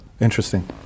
Interesting